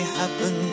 happen